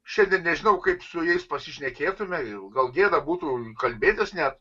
šiandien nežinau kaip su jais pasišnekėtume gal gėda būtų kalbėtis net